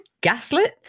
gaslit